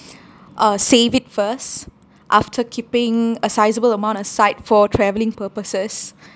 uh save it first after keeping a sizable amount aside for traveling purposes